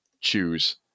choose